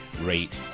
rate